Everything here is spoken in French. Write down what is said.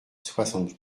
soixante